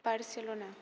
Barcelona